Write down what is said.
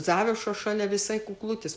zarašo šalia visai kuklutis